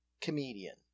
comedian